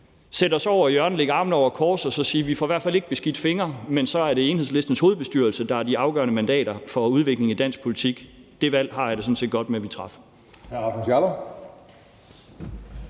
sætte os over i hjørnet, lægge armene over kors og så sige: Vi får i hvert fald ikke beskidte fingre, men så er det Enhedslistens hovedbestyrelse, der er de afgørende mandater for udviklingen i dansk politik. Det valg har jeg det sådan set godt med vi traf.